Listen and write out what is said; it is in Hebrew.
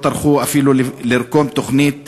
לא טרחו אפילו לרקום תוכנית